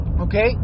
Okay